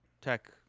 Tech